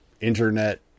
internet